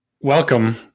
Welcome